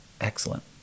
Excellent